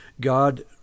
God